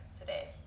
today